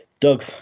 Doug